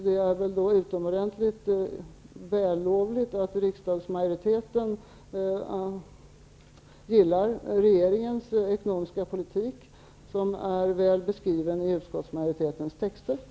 Det är därför utomordentligt vällovligt att riksdagsmajoriteten gillar regeringens ekonomiska politik, vilken är väl beskriven i utskottsmajoritetens skrivningar.